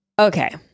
Okay